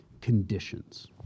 conditions